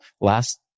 last